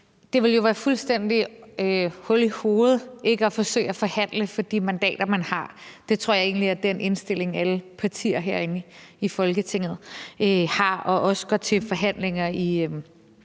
Det ville jo være fuldstændig hul i hovedet ikke at forsøge at forhandle for de mandater, man har. Det tror jeg egentlig er den indstilling, alle partier herinde i Folketinget har og også går til forhandlinger i